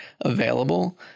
available